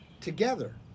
together